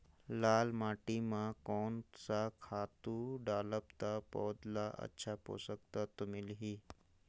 लाल माटी मां कोन सा खातु डालब ता पौध ला अच्छा पोषक तत्व मिलही?